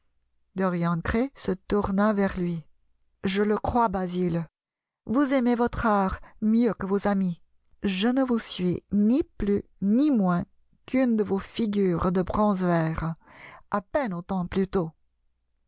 dorian gray se tourna vers lui je le crois basil vous aimez votre art mieux que vos amis je ne vous suis ni plus ni moins qu'une de vos figures de bronze vert a peine autant plutôt le